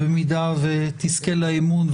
במידה שתזכה לאמון,